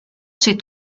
ces